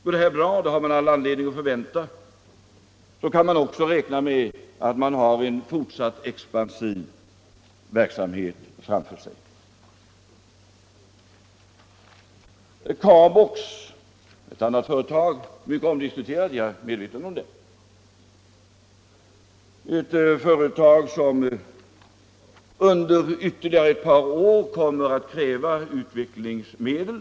Går det här bra, och det har vi all anledning att förvänta, kan man också räkna med att man har en fortsatt expansiv verksamhet framför sig. Ett annat företag är CARBOX. Det är mycket omdiskuterat — jag är medveten om det. Företaget kommer under ytterligare ett par år att kräva utvecklingsmedel.